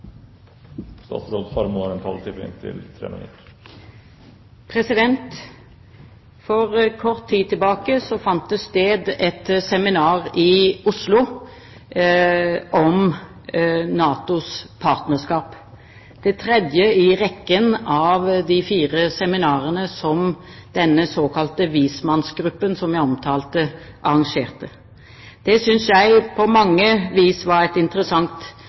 For kort tid tilbake fant det sted et seminar i Oslo om NATOs partnerskap, det tredje i rekken av de fire seminarene som denne såkalte vismannsgruppen som jeg omtalte, arrangerte. Det synes jeg på mange vis var et interessant